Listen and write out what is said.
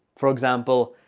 for example,